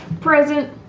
Present